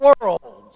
world